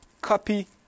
Copy